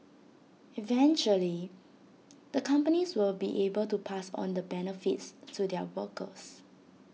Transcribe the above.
eventually the companies will be able to pass on the benefits to their workers